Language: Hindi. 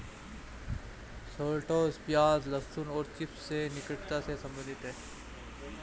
शलोट्स प्याज, लहसुन और चिव्स से निकटता से संबंधित है